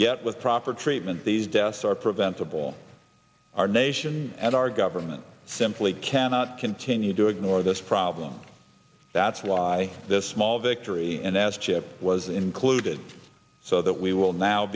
yet with proper treatment these deaths are preventable our nation and our government simply cannot continue to ignore this problem that's why this small victory and as chip was included so that we will now